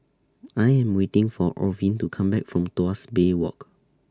I Am waiting For Orvin to Come Back from Tuas Bay Walk